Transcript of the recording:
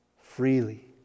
freely